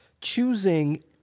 choosing